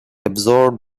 absorbed